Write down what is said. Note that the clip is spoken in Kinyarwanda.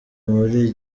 buri